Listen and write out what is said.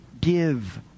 give